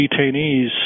detainees